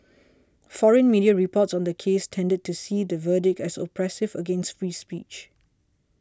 foreign media reports on the case tended to see the verdict as oppressive against free speech